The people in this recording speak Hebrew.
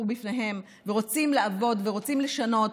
לפניהם ורוצים לעבוד ורוצים לשנות.